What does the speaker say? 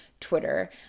Twitter